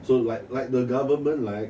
so like like the government like